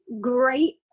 great